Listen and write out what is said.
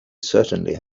certainly